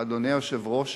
אדוני היושב-ראש,